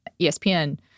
ESPN